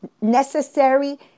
necessary